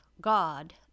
God